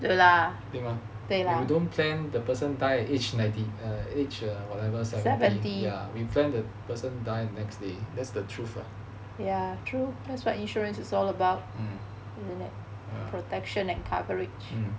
like you don't plan the person die by age ninety or whatever seventy we plan the person die the next day that's the truth lah